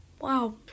Wow